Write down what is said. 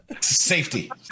Safety